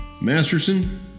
Masterson